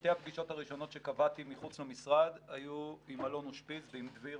שתי הפגישות הראשונות שקבעתי מחוץ למשרד היו עם אלון אושפיז ועם דביר,